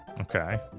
Okay